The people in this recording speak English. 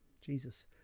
Jesus